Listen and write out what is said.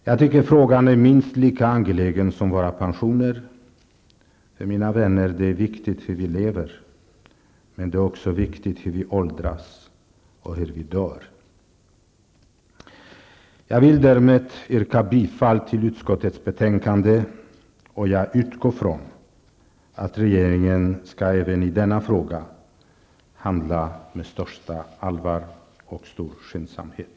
Jag tycker att denna fråga är minst lika angelägen som frågan om våra pensioner. För, mina vänner, det är viktigt hur vi lever. Men det är också viktigt hur vi åldras och hur vi dör. Jag vill därmed yrka bifall till utskottets hemställan, och jag utgår från att regeringen även i denna fråga skall handla med största allvar och med stor skyndsamhet.